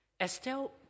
Estelle